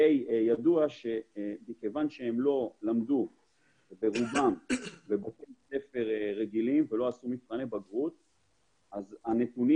מכיוון שרובם לא למדו בבתי ספר רגילים ולא עשו מבחני בגרות הנתונים